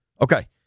Okay